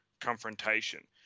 confrontation